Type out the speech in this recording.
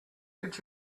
did